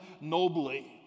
nobly